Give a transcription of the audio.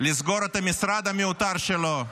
לסגור את המשרד המיותר שלו.